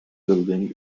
building